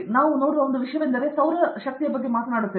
ನೀವು ನೋಡುವ ಒಂದು ವಿಷಯವೆಂದರೆ ನಾವು ಸೌರ ಬಗ್ಗೆ ಮಾತನಾಡುತ್ತಿದ್ದೇವೆ